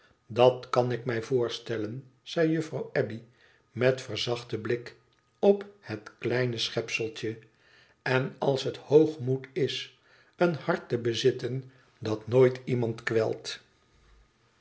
dat kan ik mij voorstellen zei juffrouw abbey met verzachten blik op het kleine schepseltje en als het hoogmoed is een hart te bezitten dat nooit iemand kwelt